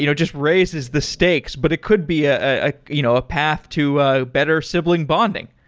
you know just raises the stakes, but it could be ah you know a path to a better sibling bonding.